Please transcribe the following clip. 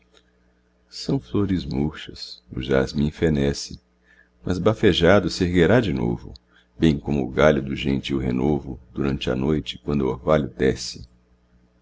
são flores murchas o jasmim fenece mas bafejado serguerá de novo bem como o galho do gentil renovo durante a noite quando o orvalho desce